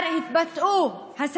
קרעי, הכול מתועד בווטסאפים.